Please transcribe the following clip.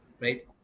right